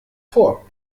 vor